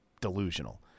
delusional